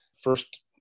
first